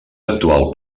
actual